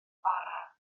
bara